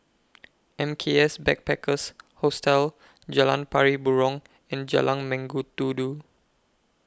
M K S Backpackers Hostel Jalan Pari Burong and Jalan Mengkudu Du